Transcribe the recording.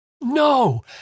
No